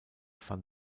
van